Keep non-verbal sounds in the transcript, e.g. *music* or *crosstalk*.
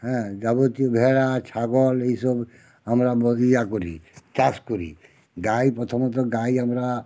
হ্যাঁ যাবতীয় ভেড়া ছাগল এই সব আমরা *unintelligible* করি চাষ করি গাই প্রথমত গাই আমরা